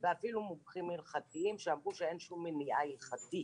שיש את האופציה הזאת, שהם לא ידעו עליה.